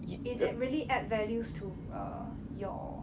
it it really add values to err your